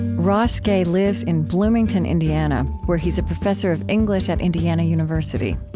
ross gay lives in bloomington, indiana, where he's a professor of english at indiana university.